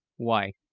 why,